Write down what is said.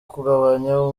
kugabanya